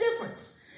difference